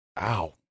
Ow